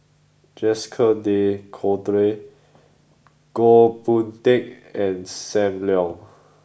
Jacques De Coutre Goh Boon Teck and Sam Leong